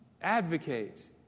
advocate